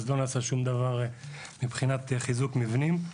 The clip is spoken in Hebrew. אז לא נעשה שום דבר מבחינת חיזוק מבנים.